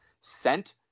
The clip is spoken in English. sent